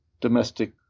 domestic